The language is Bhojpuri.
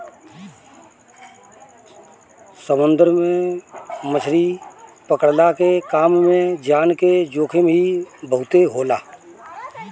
समुंदर में मछरी पकड़ला के काम में जान के जोखिम ही बहुते होला